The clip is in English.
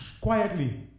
quietly